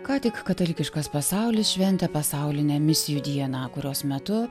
ką tik katalikiškas pasaulis šventė pasaulinę misijų dieną kurios metu